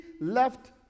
left